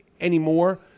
anymore